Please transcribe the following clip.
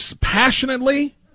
passionately